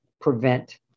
prevent